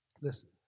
Listen